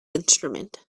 instrument